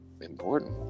important